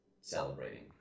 celebrating